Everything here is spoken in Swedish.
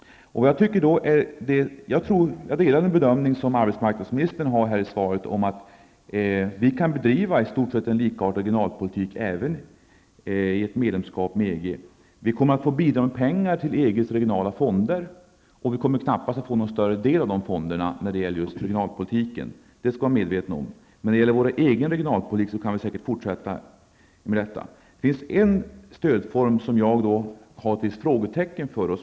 Jag delar den bedömning arbetsmarknadsministern gjort i svaret, att vi kan fortsätta att bedriva i stort sett en likartad regionalpolitik även efter medlemskap med EG. Vi kommer att få bidra med pengar till EGs regionala fonder och kommer knappast att få någon större del av dem själva. Men vi kan säkert fortsätta med vår egen regionalpolitik. Det finns en stödform som jag har ett frågetecken inför.